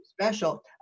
special